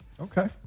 okay